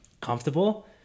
comfortable